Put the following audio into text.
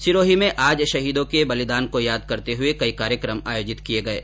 सिरोही में भी आज शहीदों के बलिदान को याद करते हुये कई कार्यक्रम आयोजित किये गये